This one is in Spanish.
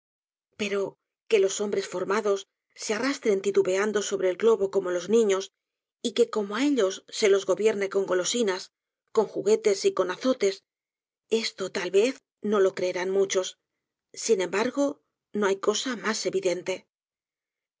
pero que los hombres formados se arrastren titubeando sobre el globo como los niños y que como á ellos se los gobierne con golosinas con juguetes y con azotes esto tal vez no lo creerán muchos sin embargo no hay cosa mas evidente